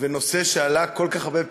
ונושא שעלה כל כך הרבה פעמים,